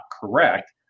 correct